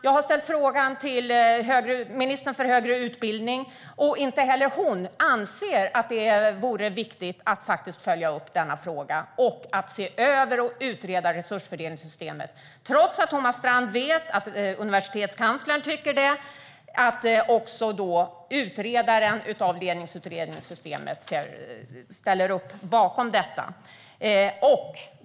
Jag har ställt frågan till ministern för högre utbildning, men inte heller hon anser att det vore viktigt att följa upp denna fråga och att se över och utreda resursfördelningssystemet. Trots att Thomas Strand vet att universitetskanslern tycker det och trots att utredaren av ledningssystemet ställer sig bakom detta.